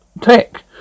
Tech